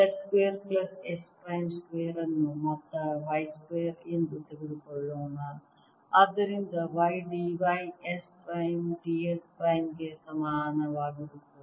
Z square plus S prime square ಅನ್ನು ಮೊತ್ತ y square ಎಂದು ತೆಗೆದುಕೊಳ್ಳೋಣ ಆದ್ದರಿಂದ y d y S prime d s ಪ್ರೈಮ್ಗೆ ಸಮಾನವಾಗಿರುತ್ತದೆ